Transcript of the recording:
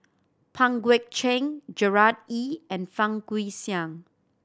Pang Guek Cheng Gerard Ee and Fang Guixiang